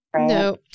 no